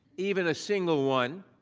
even a single one.